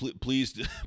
please